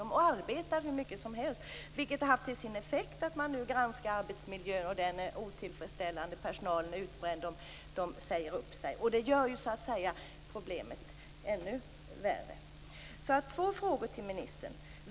De arbetar hur mycket som helst, vilket har haft till effekt att man nu granskar arbetsmiljön, och den är otillfredsställande. Personalen är utbränd - de säger upp sig. Det gör ju problemet ännu värre. Jag har två frågor till ministern.